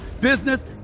business